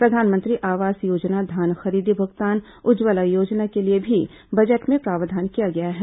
प्रधानमंत्री आवास योजना धान खरीदी भूगतान उज्जवला योजना के लिए भी बजट में प्रावधान किया गया है